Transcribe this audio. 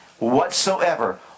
whatsoever